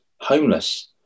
homeless